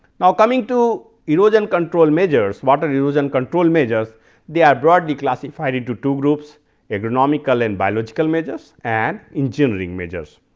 now, coming to erosion control measures water erosion control measures they are broadly classified into two groups agronomical and biological measures and engineering measures.